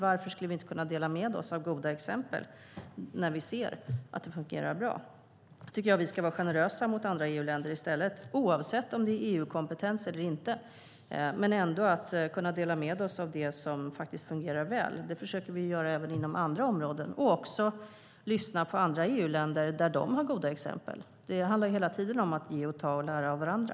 Varför skulle vi inte kunna dela med oss av goda exempel när vi ser att det fungerar bra? Jag tycker att vi i stället ska vara generösa mot andra EU-länder, oavsett om det är EU-kompetens eller inte. Det handlar om att dela med sig av det som faktiskt fungerar väl. Det försöker vi ju göra även inom andra områden, och vi lyssnar på andra EU-länder när de har goda exempel. Det handlar hela tiden om att ge och ta och att lära av varandra.